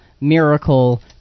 miracle